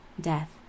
death